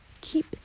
keep